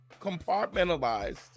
compartmentalized